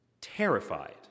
terrified